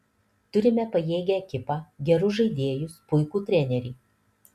turime pajėgią ekipą gerus žaidėjus puikų trenerį